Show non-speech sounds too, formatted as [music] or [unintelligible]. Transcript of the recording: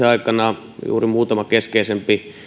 [unintelligible] aikana oikeastaan muutama keskeisempi